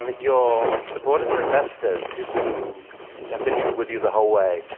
um your supporters and investors, who who have been with you the whole way,